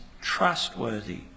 trustworthy